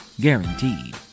Guaranteed